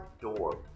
door